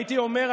הייתי אומר,